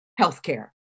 healthcare